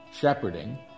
shepherding